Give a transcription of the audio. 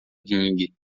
ringue